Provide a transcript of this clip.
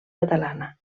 catalana